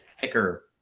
thicker